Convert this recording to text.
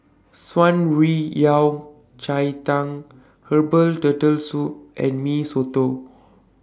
Shan Rui Yao Cai Tang Herbal Turtle Soup and Mee Soto